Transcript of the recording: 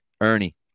Ernie